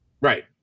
right